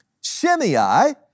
Shimei